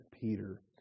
Peter